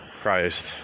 Christ